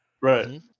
Right